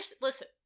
listen